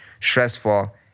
stressful